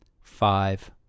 Five